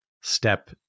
step